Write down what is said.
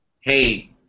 hey